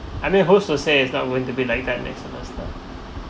I mean whose to say it's not going to be like that next time first the